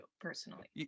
personally